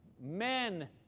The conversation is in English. men